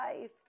life